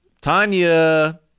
Tanya